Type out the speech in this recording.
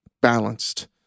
balanced